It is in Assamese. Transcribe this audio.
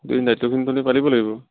দায়িত্ব খিনি পালিব লাগিব